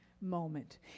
moment